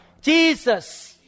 Jesus